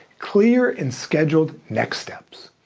clear and scheduled next steps.